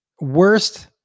Worst